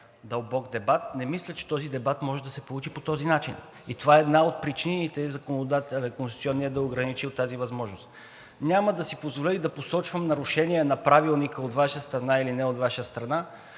дълбок дебат. Не мисля, че този дебат може да се получи по този начин и това е една от причините законодателят – конституционният, да е ограничил тази възможност. Няма да си позволя да посочвам нарушения на Правилника от Ваша страна или не от Ваша страна,